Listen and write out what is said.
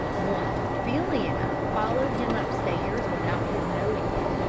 once billy and i followed him upstairs without his knowing it,